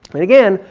but again,